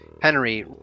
Henry